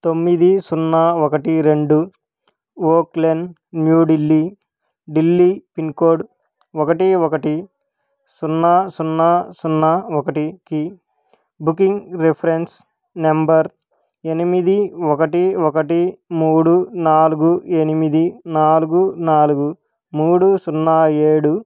తొమ్మిది సున్నా ఒకటి రెండు Oak Lane New Delhi Delhi pin code ఒకటి ఒకటి సున్నా సున్నా సున్నా ఒకటికి బుకింగ్ రిఫరెన్స్ నంబర్ ఎనిమిది ఒకటి ఒకటి మూడు నాలుగు ఎనిమిది నాలుగు నాలుగు మూడు సున్నా ఏడు